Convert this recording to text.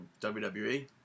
WWE